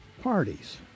parties